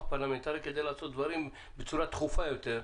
הפרלמנטרי כדי לעשות דברים בצורה דחופה יותר.